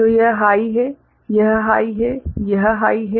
तो यह हाइ है यह हाइ है यह हाइ है